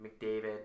McDavid